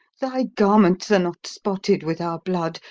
thy garments are not spotted with our blood,